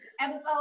episode